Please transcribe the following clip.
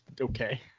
okay